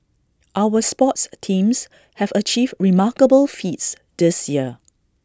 our sports teams have achieved remarkable feats this year